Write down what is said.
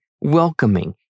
welcoming